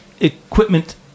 equipment